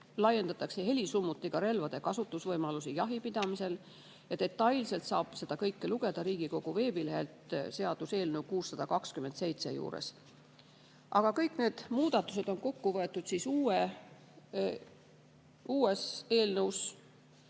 laiendatakse helisummutiga relvade kasutamise võimalusi jahipidamisel. Detailselt saab seda kõike lugeda Riigikogu veebilehelt seaduseelnõu 627 juurest. Aga kõik need muudatused on kokku võetud uues eelnõus